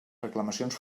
reclamacions